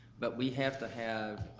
but we have to have,